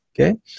okay